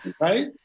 Right